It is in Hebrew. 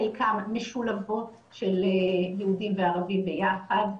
חלקן משולבות של יהודים וערבים ביחד,